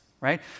right